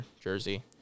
jersey